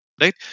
right